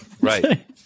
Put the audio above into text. Right